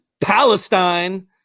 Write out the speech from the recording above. Palestine